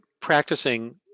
practicing